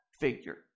figure